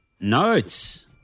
Notes